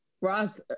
Ross